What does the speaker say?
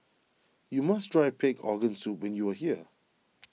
you must try Pig Organ Soup when you are here